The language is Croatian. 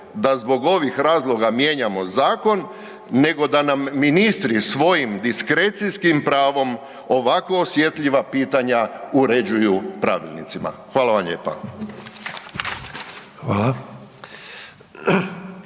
da zbog ovih razloga mijenjamo zakon nego da nam ministri svojim diskrecijskim pravom ovako osjetljiva pitanja uređuju pravilnicima. Hvala vam lijepa.